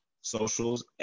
socials